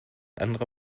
andere